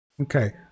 Okay